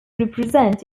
represent